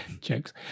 Jokes